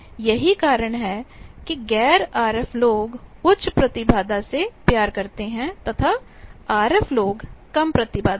यही कारण है कि गैर आरएफ लोग उच्च प्रतिबाधा से प्यार करते हैं तथा आरएफ लोग कम प्रतिबाधा से